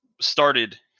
started